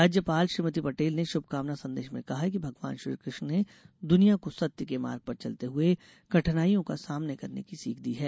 राज्यपाल श्रीमती पटेल ने शुभकामना संदेश में कहा है कि भगवान श्रीकृष्ण ने दुनिया को सत्य के मार्ग पर चलते हुए कठिनाईयों का सामने करने की सीख दी है